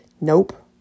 Nope